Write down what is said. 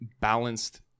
balanced